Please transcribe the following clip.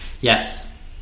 Yes